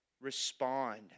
respond